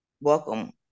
welcome